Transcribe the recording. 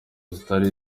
zitari